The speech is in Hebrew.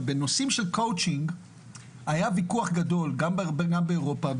בנושאים של קואוצ'ינג היה ויכוח גדול גם באירופה,